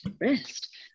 rest